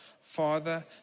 Father